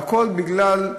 והכול בגלל,